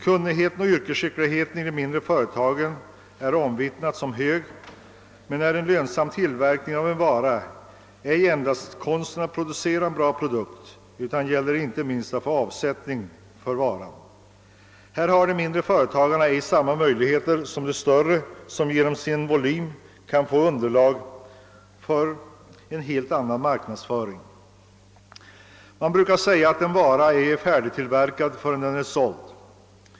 Kunnigheten och yrkesskickligheten i de mindre företagen är omvittnat hög, men en lönsam tillverkning av en vara är icke endast konsten att producera en bra produkt utan det gäller inte minst att få avsättning för varan. Här har de mindre företagen icke samma möjligheter som de större, vilka genom sin volym kan få underlag för en helt annan marknadsföring. Man brukar säga att en vara icke är färdigtillverkad förrän den är såld.